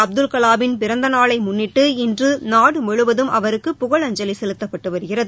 அப்துல்கலாமின் பிறந்த நாளை முன்னிட்டு இன்று நாடு முழுவதும் அவருக்கு புகழஞ்சலி செலுத்தப்பட்டு வருகிறது